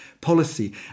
policy